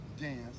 dance